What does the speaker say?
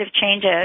changes